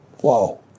Whoa